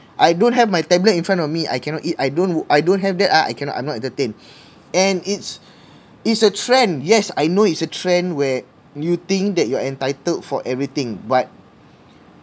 I don't have my tablet in front of me I cannot eat I don't I don't have that ah I cannot I'm entertain and it's it's a trend yes I know it's a trend where you think that you are entitled for everything but